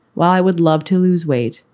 while i would love to lose weight,